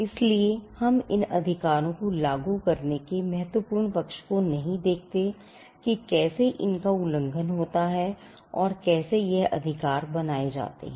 इसलिए हम इन अधिकारों को लागू करने के महत्वपूर्ण पक्ष को नहीं देखते कि कैसे इनका उल्लंघन होता है और कैसे यह अधिकार बनाए जाते हैं